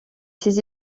ses